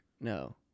No